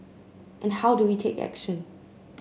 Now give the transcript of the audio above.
and how do we take action